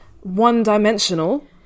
one-dimensional